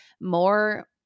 more